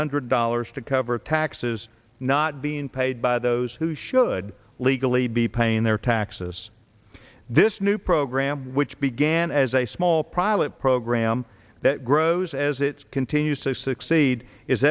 hundred dollars to cover taxes not being paid by those who should legally be paying their taxes this new program which began as a small private program that grows as it continues to succeed is